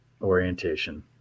orientation